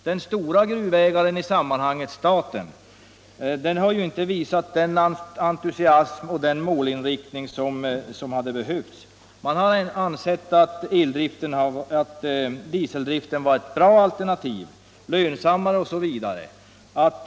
Den stora gruvägaren i sammanhanget, staten, har inte visat den entusiasm och den målinriktning som hade behövts utan har använt dieseldriften som ett bra — lönsammare osv. — alternativ.